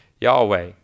Yahweh